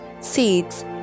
seeds